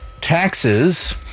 taxes